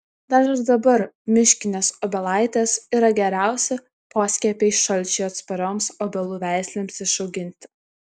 dar ir dabar miškinės obelaitės yra geriausi poskiepiai šalčiui atsparioms obelų veislėms išauginti